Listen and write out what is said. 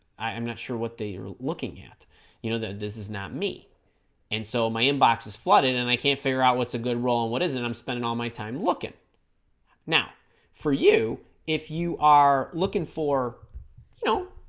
i'm not sure what they were looking at you know that this is not me and so my inbox is flooded and i can't figure out what's a good role what is it i'm spending all my time looking now for you if you are looking for you know